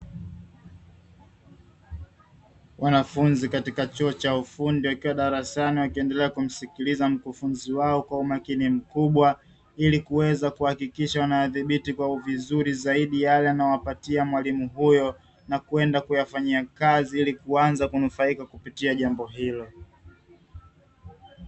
Wanafunzi katika chuo cha ufundi wakiwa darasani wakiendelea kumsikiliza mkufunzi wao kwa umakini mkubwa, ili kuweza kuhakikisha wanayadhibiti kwa uvizuri zaidi yale anayowapatia mwalimu huyo, na kwenda kuyafanyia kazi ili kuanza kunufaika kupitia jambo hilo.